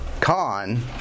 con